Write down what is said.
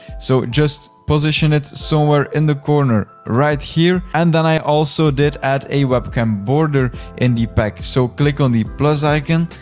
so just position it somewhere in the corner right here and then i also did add a webcam border in the pack. so click on the plus icon,